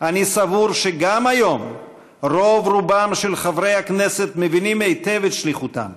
אני סבור שגם היום רוב-רובם של חברי הכנסת מבינים היטב את שליחותם.